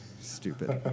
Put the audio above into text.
stupid